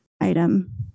item